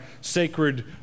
sacred